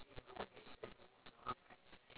ya thanks jean you revive my dream